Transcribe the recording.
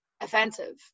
offensive